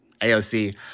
AOC